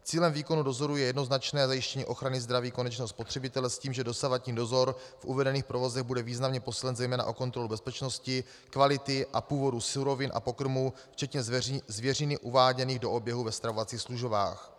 Cílem výkonu dozoru je jednoznačné zajištění ochrany zdraví konečného spotřebitele s tím, že dosavadní dozor v uvedených provozech bude významně posílen zejména o kontrolu bezpečnosti, kvality a původu surovin a pokrmů včetně zvěřiny uváděných do oběhu ve stravovacích službách.